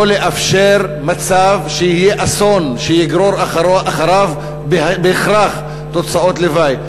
לא לאפשר מצב שיהיה אסון שיגרור אחריו בהכרח תוצאות לוואי.